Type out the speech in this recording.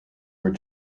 were